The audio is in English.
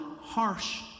harsh